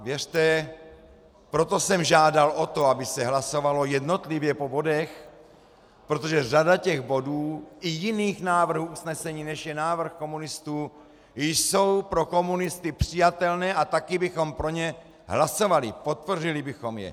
Věřte, proto jsem žádal o to, aby se hlasovalo jednotlivě po bodech, protože řada bodů i jiných návrhů usnesení, než je návrh komunistů, jsou pro komunisty přijatelné a taky bychom pro ně hlasovali, podpořili bychom je!